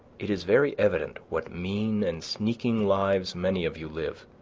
it is very evident what mean and sneaking lives many of you live,